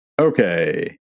Okay